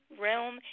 Realm